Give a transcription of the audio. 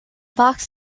box